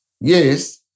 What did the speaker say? Yes